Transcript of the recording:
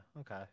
okay